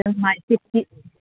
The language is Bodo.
जों माइ खिथि